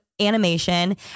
animation